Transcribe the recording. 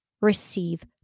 receive